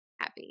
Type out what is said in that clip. happy